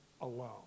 alone